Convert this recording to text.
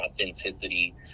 authenticity